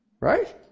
Right